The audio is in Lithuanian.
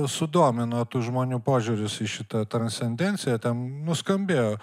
sudomino tų žmonių požiūris į šitą transcendenciją ten nuskambėjo